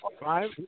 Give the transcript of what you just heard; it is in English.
Five